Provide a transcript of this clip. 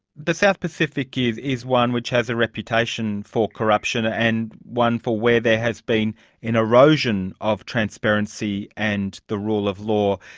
the south pacific is is one which has a reputation for corruption and one for where there has been an erosion of transparency and the rule of law.